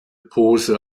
pose